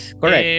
correct